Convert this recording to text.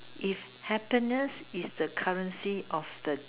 if happiness is the currency of the